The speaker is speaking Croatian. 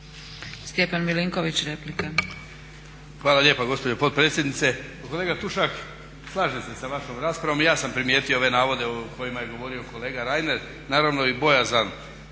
**Milinković, Stjepan (HDZ)** Hvala lijepa gospođo potpredsjednice. Kolega Tušak, slažem se sa vašom raspravom. I ja sam primijetio ove navode o kojima je govorio kolega Reiner, naravno i bojazan